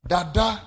Dada